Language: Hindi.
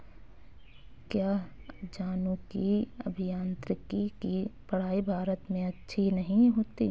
क्या जनुकीय अभियांत्रिकी की पढ़ाई भारत में अच्छी नहीं होती?